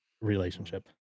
relationship